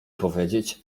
powiedzieć